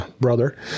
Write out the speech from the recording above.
brother